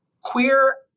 queer